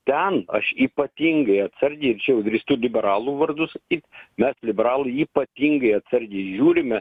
ten aš ypatingai atsargiai ir čia jau drįstu liberalų vadu sakyt mes liberalai ypatingai atsargiai žiūrime